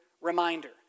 Reminder